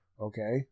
Okay